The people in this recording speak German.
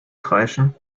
kreischen